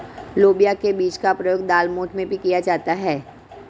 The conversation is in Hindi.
लोबिया के बीज का प्रयोग दालमोठ में भी किया जाता है